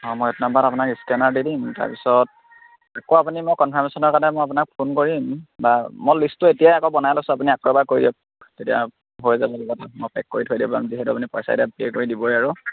অঁ মই এইটো নম্বৰত আপোনাক স্কেনাৰ দি দিম তাৰপিছত আকৌ আপুনি মই কনফাৰ্মেশ্যনৰ কাৰণে মই আপোনাক ফোন কৰিম বা মই লিষ্টটো এতিয়াই আকৌ বনাই লৈছোঁ আপুনি আকৌ এবাৰ কৈ দিয়ক তেতিয়া হৈ যাব লগা লগ মই পেক কৰি থৈ দিম যিহেতু আপুনি পইচা এতিয়া পে' কৰি দিবই আৰু